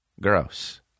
Gross